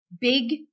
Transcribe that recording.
big